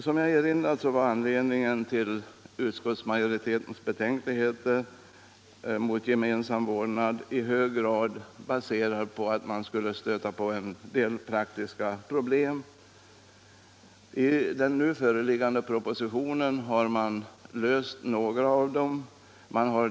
Som jag har erinrat om var utskottsmajoritetens betänkligheter mot gemensam vårdnad i hög grad baserade på att man skulle stöta på en del praktiska problem. I den nu föreliggande propositionen har några av dem lösts.